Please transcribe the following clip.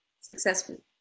successful